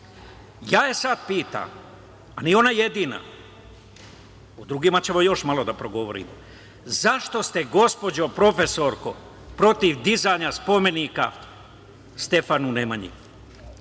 Sada je ja pitam, a nije ona jedina, o drugima ćemo još malo da progovorimo, zašto ste gospođo profesorko protiv dizanja spomenika Stefanu Nemanji?